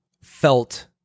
felt